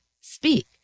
speak